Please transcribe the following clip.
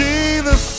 Jesus